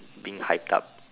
being hyped up